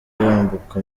yambuka